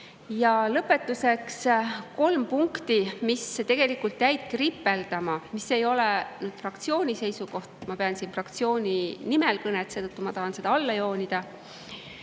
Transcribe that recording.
Ja lõpetuseks kolm punkti, mis tegelikult jäid kripeldama, mis ei ole meie fraktsiooni seisukoht. Ma pean siin fraktsiooni nimel kõnet, seetõttu tahan seda alla joonida.